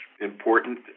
important